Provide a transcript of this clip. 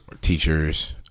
teachers